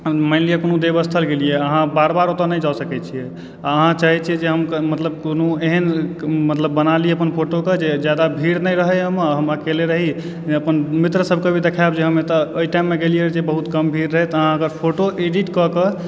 मानि लिअ कोनो देवस्थल गेलियै अहाँ बार बार ओतय नहि जा सकैत छी अहाँ चाहय छियै जे हम मतलब कोनो एहन मतलब बनाली अपन फोटोकऽ जे जादा भीड़ नहि रहय हम अकेले रही अपन मित्र सभकऽ भी देखायब जे हम एतय तऽ ओहिटाइममे गेलियै रहऽ तऽ बहुत कम भीड़ रहय तऽ अहाँ फोटो एडिटकऽ कऽ